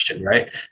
right